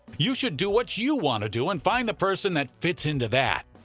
you should do what you wanna do and find the person that fits into that.